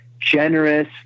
generous